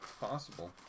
Possible